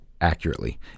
accurately